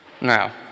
Now